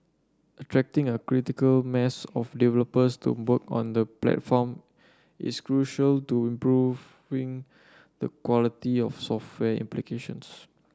attracting a critical mass of developers to work on the platform is crucial to improving the quality of software applications